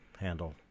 handle